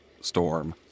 Storm